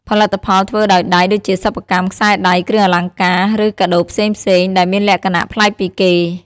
ផលិតផលធ្វើដោយដៃដូចជាសិប្បកម្ម ខ្សែដៃ គ្រឿងអលង្ការ ឬកាដូផ្សេងៗដែលមានលក្ខណៈប្លែកពីគេ។